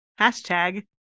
hashtag